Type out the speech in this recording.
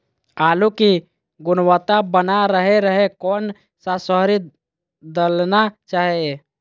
आलू की गुनबता बना रहे रहे कौन सा शहरी दलना चाये?